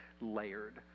layered